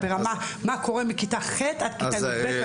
ברמה של מה קורה מכיתה ח' עד כיתה י"ב.